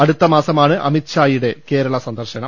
അടുത്ത മാസമാണ് അമിത്ഷായുടെ കേരള സന്ദർശനം